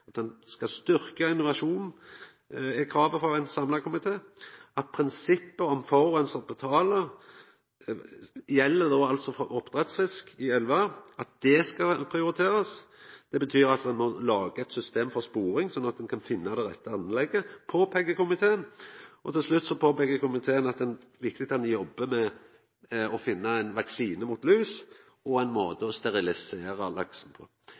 at ein skal styrkja innovasjonen, er kravet frå ein samla komité, og prinsippet om at forureinaren betaler – dette gjeld oppdrettsfisk i elvar – skal prioriterast. Det betyr at ein lager eit system for sporing, slik at ein kan finna fram til det rette anlegget, slik komiteen påpeiker. Til slutt påpeiker komiteen at det er viktig at ein jobbar med å finna ein vaksine mot lus og ein måte å sterilisera laksen på.